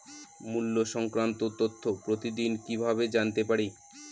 মুল্য সংক্রান্ত তথ্য প্রতিদিন কিভাবে জানতে পারি?